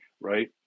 right